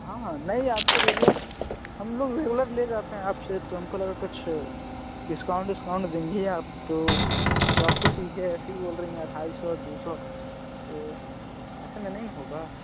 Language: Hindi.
हाँ हाँ नहीं आपसे रेगुलर हम लोग रेगुलर ले जाते हैं आपसे तो हमको लगा कुछ डिस्काउंट ओस्काउंट देंगी आप तो तो आप तो सीधे ऐसे ही बोल रही हैं ढाई सौ दू सौ ताे ऐसे में नई होगा